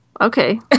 okay